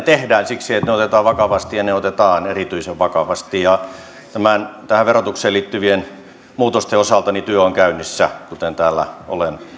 tehdään siksi että ne otetaan vakavasti ja ne otetaan erityisen vakavasti tähän verotukseen liittyvien muutosten osalta työ on käynnissä kuten täällä olen